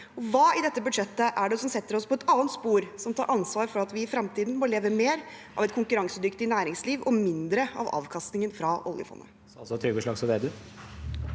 Hva i dette budsjettet er det som setter oss på et annet spor, som tar ansvar for at vi i fremtiden må leve mer av et konkurransedyktig næringsliv og mindre av avkastningen fra oljefondet?